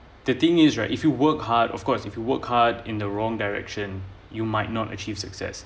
the thing is right if you work hard of course if you work hard in the wrong direction you might not achieve success